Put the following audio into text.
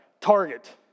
target